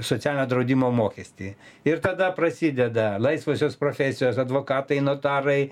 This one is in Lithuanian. socialinio draudimo mokestį ir tada prasideda laisvosios profesijos advokatai notarai